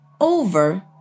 over